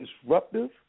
disruptive